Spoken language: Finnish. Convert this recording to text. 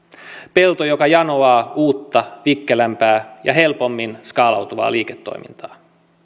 pelto joka janoaa uutta vikkelämpää ja helpommin skaalautuvaa liiketoimintaa